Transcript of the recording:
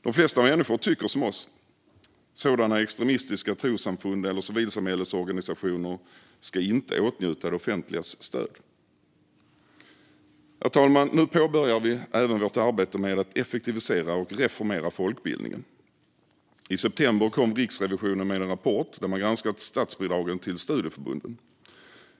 De flesta människor tycker som vi: Sådana extremistiska trossamfund eller civilsamhällesorganisationer ska inte åtnjuta det offentligas stöd. Herr talman! Nu påbörjar vi vårt arbete med att effektivisera och reformera folkbildningen. I september kom Riksrevisionen med en rapport där man granskat statsbidragen till studieförbunden.